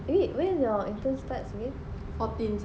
whe when your intern start seh